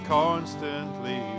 constantly